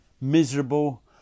miserable